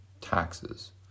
taxes